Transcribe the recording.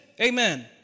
Amen